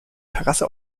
terrasse